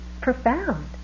profound